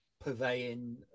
purveying